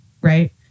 right